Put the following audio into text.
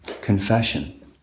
confession